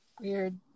weird